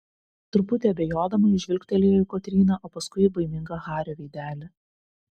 truputį abejodama ji žvilgtelėjo į kotryną o paskui į baimingą hario veidelį